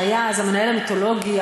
שהיה אז המנהל המיתולוגי,